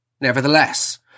Nevertheless